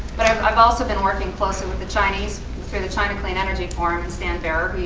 but i've i've also been working closely with the chinese through the china clean energy forum and stan bear,